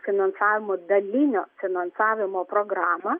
finansavimo dalinio finansavimo programą